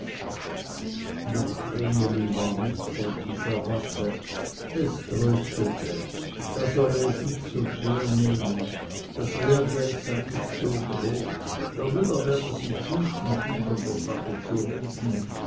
doch vreneli war nicht von dieser rasse es tröstete er solle es nicht so schwer nehmen das lehrgeld sei nicht so groß der müller werde sich hüten viel von der sache zu reden